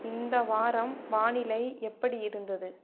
இந்த வாரம் வானிலை எப்படி இருந்தது